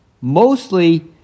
mostly